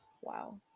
wow